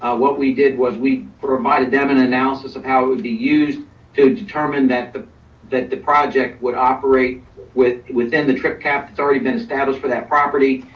what we did was we provided them an analysis of how it would be used to determine that the that the project would operate within the trip cap that's already been established for that property.